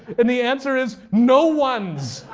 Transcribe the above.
and the answer is no one's.